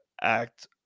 act